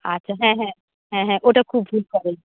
আচ্ছা হ্যাঁ হ্যাঁ হ্যাঁ হ্যাঁ ওটা খুব ভুল